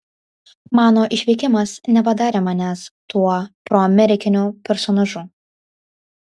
mano išvykimas nepadarė manęs tuo proamerikiniu personažu